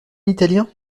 italien